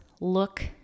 look